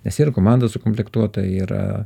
nes yra komanda sukomplektuota yra